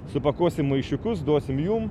supakuosim į maišiukus duosim jum